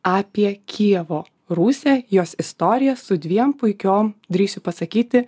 apie kijevo rusią jos istoriją su dviem puikiom drįsiu pasakyti